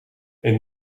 een